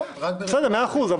נכון, רק ברשימה אחרת.